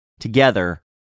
Together